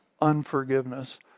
Unforgiveness